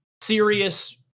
serious